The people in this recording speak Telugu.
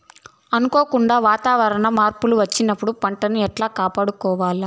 అనుకోకుండా వాతావరణ మార్పులు వచ్చినప్పుడు పంటను ఎట్లా కాపాడుకోవాల్ల?